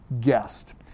guest